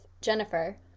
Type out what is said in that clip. Jennifer